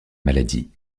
maladie